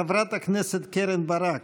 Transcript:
חברת הכנסת קרן ברק,